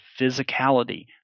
physicality